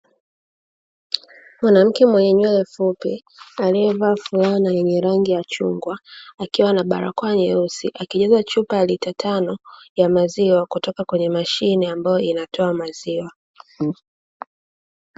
Mwanamke mwenye nywele fupi aliyevaa fulana yenye rangi ya chungwa, akiwa na barakoa nyeusi akijaza chupa ya lita tano ya maziwa kutoka kwenye mashine ambayo inatoa maziwa.